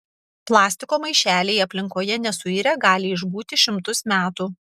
plastiko maišeliai aplinkoje nesuirę gali išbūti šimtus metų